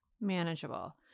manageable